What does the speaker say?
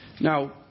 Now